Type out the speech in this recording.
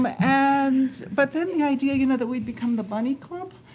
um ah and but then the idea you know that we'd become the bunny club.